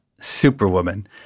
superwoman